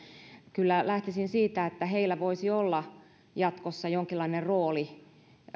kyllä lähtisin siitä että heillä voisi olla jatkossa jonkinlainen rooli